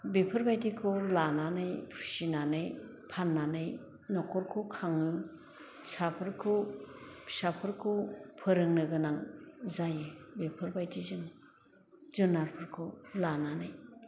बेफोरबायदिखौ लानानै फिसिनानै फान्नानै नखरखौ खाङो फिसाफोरखौ फिसाफोरखौ फोरोंनो गोनां जायो बेफोरबायदि जों जुनारफोरखौ लानानै